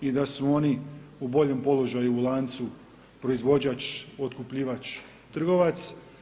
I da su oni u boljem položaju u lancu, proizvođač, otkupljivač, trgovac.